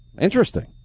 Interesting